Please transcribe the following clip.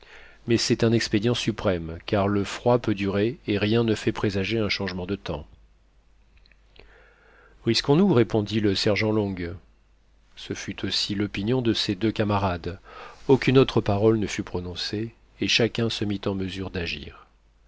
mais c'est un expédient suprême car le froid peut durer et rien ne fait présager un changement de temps risquons nous répondit le sergent long ce fut aussi l'opinion de ses deux camarades aucune autre parole ne fut prononcée et chacun se mit en mesure d'agir